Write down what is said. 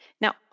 Now